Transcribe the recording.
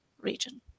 region